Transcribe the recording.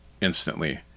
instantly